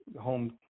home